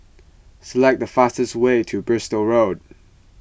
select the fastest way to Bristol Road